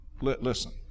listen